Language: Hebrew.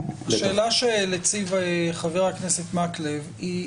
אבל השאלה שהציב חבר הכנסת מקלב היא,